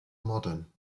modern